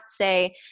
say